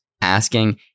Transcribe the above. asking